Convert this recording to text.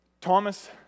Thomas